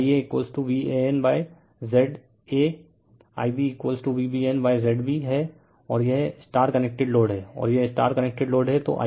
तो IaVAN Z AIb V BN Z B हैं और यह स्टार कनेक्टेड लोड है और यह स्टार कनेक्टेड लोड है